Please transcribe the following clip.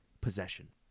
possession